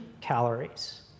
calories